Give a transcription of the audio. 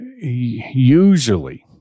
usually